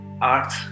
art